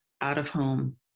out-of-home